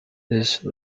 these